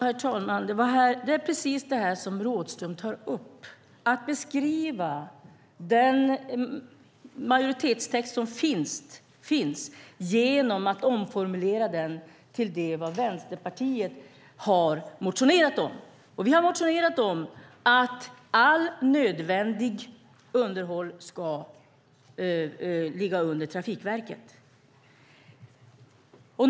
Herr talman! Det jag syftade på var precis det som Rådhström nu gör, att beskriva den majoritetstext som finns genom att omformulera den till det som Vänsterpartiet väckt en motion om. Vi har väckt en motion om att allt nödvändigt underhåll ska ligga under Trafikverket.